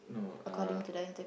no uh